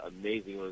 amazing